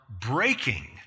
breaking